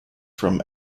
from